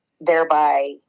thereby